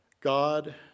God